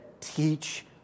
teach